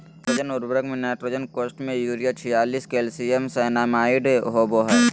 nitrogen उर्वरक में nitrogen कोष्ठ में यूरिया छियालिश कैल्शियम साइनामाईड होबा हइ